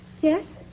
Yes